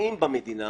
ופוגעים במדינה,